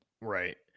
Right